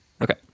Okay